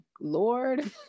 lord